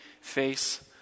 face